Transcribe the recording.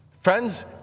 Friends